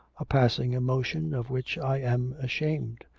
a passing emotion of which i am ashamed,